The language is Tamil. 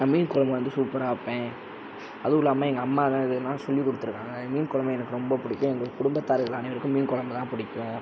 நான் மீன் குழம்பு வந்து சூப்பராக வைப்பேன் அதுவும் இல்லாமல் எங்கள் அம்மா தான் இதையெல்லாம் சொல்லி கொடுத்துருக்காங்க மீன் குழம்பு எனக்கு ரொம்ப பிடிக்கும் எங்கள் குடும்பத்தார்கள் அனைவருக்கும் மீன் குழம்பு தான் பிடிக்கும்